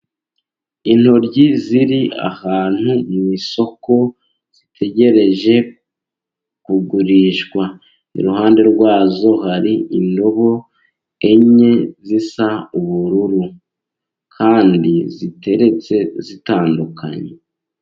Intoryi ziri ahantu mu isoko zitegereje kugurishwa, iruhande rwazo hari indobo enye zisa ubururu, kandi ziteretse zitandukanye.